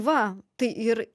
va tai ir